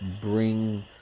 bring